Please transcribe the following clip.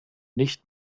nicht